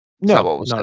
No